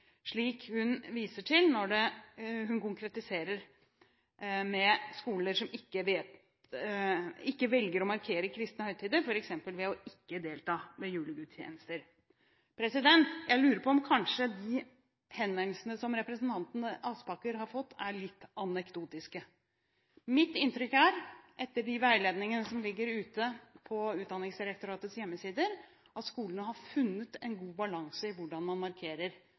hun konkretiserer med å vise til skoler som velger ikke å markere kristne høytider, f.eks. ved ikke å delta ved julegudstjenester. Jeg lurer på om de henvendelsene som representanten Aspaker har fått, kanskje er litt anekdotiske. Mitt inntrykk er, etter de veiledningene som ligger på Utdanningsdirektoratets hjemmesider, at skolene har funnet en god balanse med hensyn til hvordan man markerer